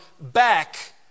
back